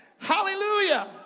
Hallelujah